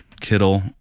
Kittle